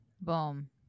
Boom